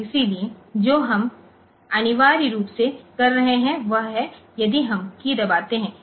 इसलिए जो हम अनिवार्य रूप से कर रहे हैं वह है यदि हम कीय दबाते हैं